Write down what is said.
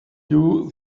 you